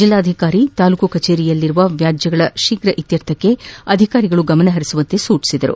ಜಿಲ್ಲಾಧಿಕಾರಿ ತಾಲೂಕು ಕಚೇರಿಯಲ್ಲಿಯಲ್ಲಿರುವ ವ್ಯಾಜ್ಯಗಳ ಶ್ರೀಫ್ರ ಇತ್ಯಾರ್ಥಕ್ಕೆ ಅಧಿಕಾರಿಗಳು ಗಮನ ಹರಿಸುವಂತೆ ಸೂಚನೆ ನೀಡಿದರು